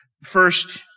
first